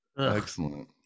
Excellent